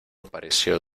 pareció